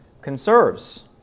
conserves